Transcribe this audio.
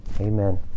Amen